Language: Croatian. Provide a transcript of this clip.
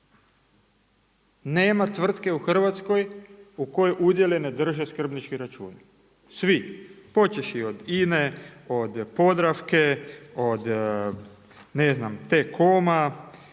Nema tvrtke u Hrvatskoj u kojoj udjele ne drže skrbnički računi, svi počevši od INA-e, od Podravke, od ne znam T-Coma,